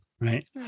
right